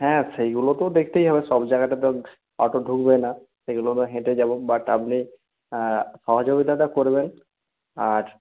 হ্যাঁ সেইগুলো তো দেখতেই হবে সব জায়গাটা তো অটো ঢুকবে না সেগুলো তো হেঁটে যাব বাট আপনি সহযোগিতাটা করবেন আর